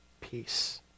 peace